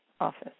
office